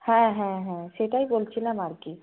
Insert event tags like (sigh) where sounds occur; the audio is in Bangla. হ্যাঁ হ্যাঁ হ্যাঁ (unintelligible) সেটাই বলছিলাম আর কি